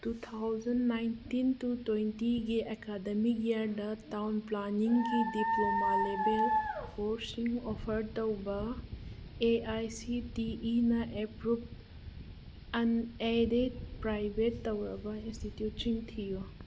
two thousand nineteen to ꯇ꯭ꯋꯦꯟꯇꯤꯒꯤ academic ꯏꯌꯔꯗ town ꯄ꯭ꯂꯥꯅꯤꯡꯒꯤ ꯗꯤꯄ꯭ꯂꯣꯃꯥ ꯂꯦꯕꯦꯜ ꯀꯣꯔꯁꯁꯤꯡ ꯑꯣꯐꯔ ꯇꯧꯕ ꯑꯦ ꯑꯥꯏ ꯁꯤ ꯇꯤ ꯏꯅ ꯑꯦꯄ꯭ꯔꯨꯞ ꯑꯟꯑꯦꯗꯦꯗ ꯄ꯭ꯔꯥꯏꯚꯦꯠ ꯇꯧꯔꯕ ꯏꯟꯁꯇꯤꯇ꯭ꯌꯨꯠꯁꯤꯡ ꯊꯤꯌꯨ